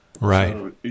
Right